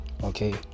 Okay